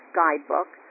guidebook